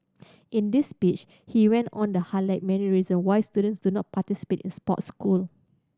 in this speech he went on the highlight many reason why students do not participate in sports school